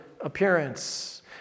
appearance